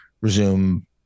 resume